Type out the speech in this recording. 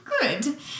Good